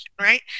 right